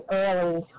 early